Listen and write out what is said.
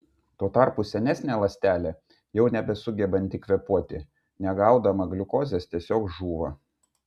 tuo tarpu senesnė ląstelė jau nebesugebanti kvėpuoti negaudama gliukozės tiesiog žūva